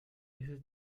este